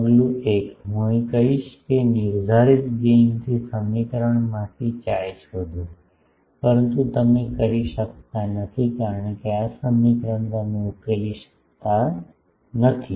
પગલું 1 હું કહીશ કે નિર્ધારિત ગેઇનથી સમીકરણમાંથી chi શોધો પરંતુ તમે કરી શકતા નથી કારણ કે આ સમીકરણ તમે ઉકેલી શકતા નથી